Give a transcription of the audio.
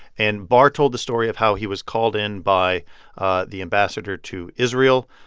and barr told the story of how he was called in by ah the ambassador to israel.